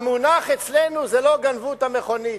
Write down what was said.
המונח אצלנו זה לא גנבו את המכונית.